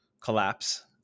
collapse